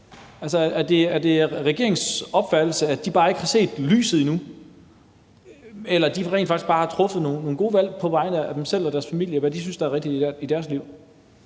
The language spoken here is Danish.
er det regeringens opfattelse, at de bare ikke har set lyset endnu? Eller har de rent faktisk bare truffet nogle gode valg på vegne af sig selv og deres familier, i forhold til hvad de synes er rigtigt i deres liv?